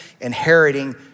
inheriting